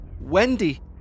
Wendy